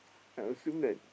I assume that